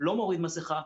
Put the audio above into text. לא מוריד מסכה.